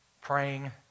praying